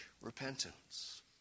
repentance